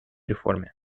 реформе